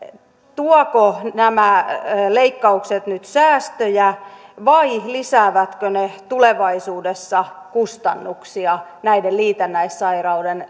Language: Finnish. tuovatko nämä leikkaukset nyt säästöjä vai lisäävätkö ne tulevaisuudessa kustannuksia näiden liitännäissairauksien